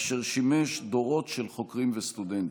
אשר שימש דורות של חוקרים וסטודנטים.